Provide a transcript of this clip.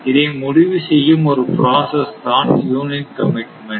இதை முடிவு செய்யும் ஒரு புரோசஸ்ஸ்தான் யூனிட் கமிட்மெண்ட்